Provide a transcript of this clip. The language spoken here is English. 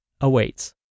awaits